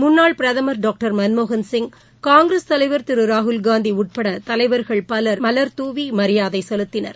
முன்னாள் பிரதமர் மன்மோகன்சிங் காங்கிரஸ் தலைவர் திருராகுல்காந்திஉட்படதலைவர்கள் டாக்டர் பலர் மலர்தூவிமரியாதைசெலுத்தினர்